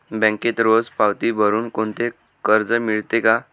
बँकेत रोज पावती भरुन कोणते कर्ज मिळते का?